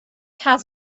has